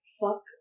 fuck